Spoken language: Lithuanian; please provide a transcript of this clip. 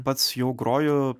pats jau groju